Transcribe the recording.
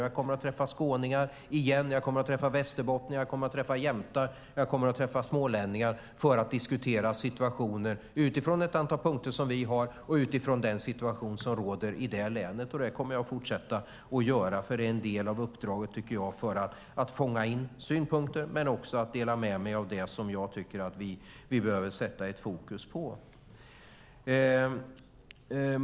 Jag kommer att träffa skåningar igen, jag kommer att träffa västerbottningar och jag kommer att träffa jämtar och smålänningar för att diskutera utifrån ett antal punkter som vi har och utifrån den situation som råder i respektive län. Det kommer jag att fortsätta att göra för att fånga in synpunkter men också för att dela med mig av det som jag tycker att vi behöver sätta fokus på.